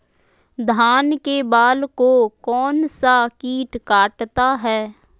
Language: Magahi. धान के बाल को कौन सा किट काटता है?